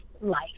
life